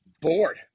bored